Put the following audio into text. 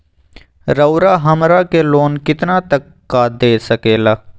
रउरा हमरा के लोन कितना तक का दे सकेला?